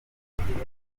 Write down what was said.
umuryango